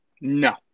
No